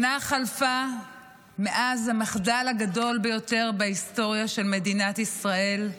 שנה חלפה מאז המחדל הגדול ביותר בהיסטוריה של מדינת ישראל,